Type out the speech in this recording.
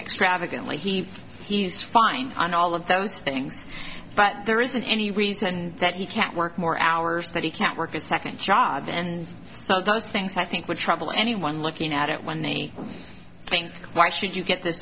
extravagantly he he's fine on all of those things but there isn't any reason that he can't work more hours that he can't work a second job and so those things i think would trouble anyone looking at it when they think why should you get th